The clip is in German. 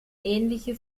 ähnliche